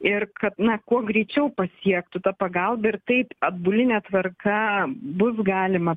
ir kad na kuo greičiau pasiektų tą pagalbą ir taip atbuline tvarka bus galima